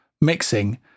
mixing